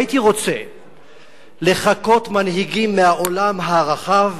והייתי רוצה לחקות מנהיגים מהעולם הרחב,